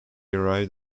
arrived